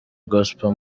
gospel